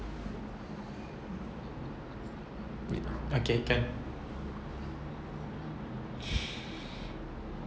okay can